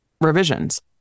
revisions